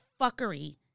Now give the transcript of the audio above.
fuckery